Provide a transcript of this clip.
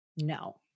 No